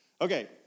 Okay